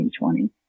2020